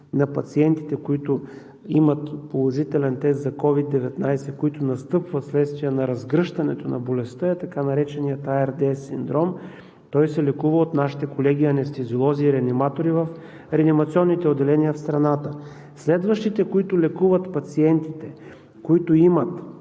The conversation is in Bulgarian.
на пациентите, които имат положителен тест за COVID-19, които настъпват вследствие на разгръщането на болестта, е така наречения АRDS – синдром. Той се лекува от нашите колеги анестезиолози и реаниматори в реанимационните отделения в страната. Следващите, които лекуват пациентите, които имат